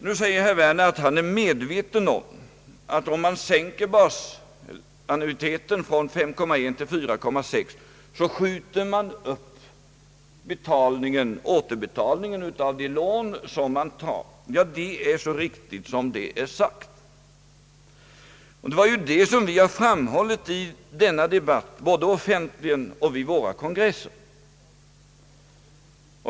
Nu säger herr Werner att han är medveten om att man, om man sänker basannuiteten från 5,1 procent till 4,6 procent, skjuter upp återbetalningen av de lån som man har tagit. Ja, det är så riktigt som det är sagt. Vi har ju framhållit detta i denna debatt både offentligen och vid våra kongresser.